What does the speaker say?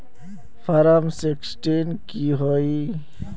Form sixteen की होय?